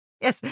yes